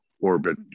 Orbit